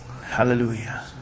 Hallelujah